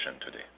today